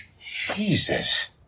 Jesus